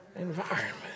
environment